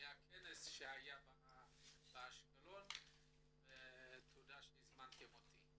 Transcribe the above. מהכנס שהיה באשקלון ותודה שהזמנתם אותי.